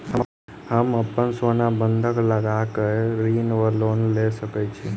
हम अप्पन सोना बंधक लगा कऽ ऋण वा लोन लऽ सकै छी?